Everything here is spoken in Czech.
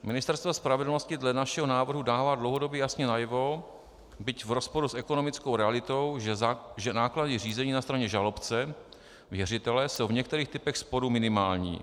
Ministerstvo spravedlnosti dle našeho návrhu dává dlouhodobě jasně najevo, byť v rozporu s ekonomickou realitou, že náklady řízení na straně žalobce, věřitele, jsou v některých typech sporu minimální.